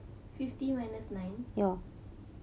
fifty minus nine